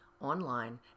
online